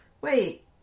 wait